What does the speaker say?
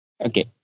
okay